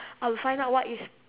I will find out what is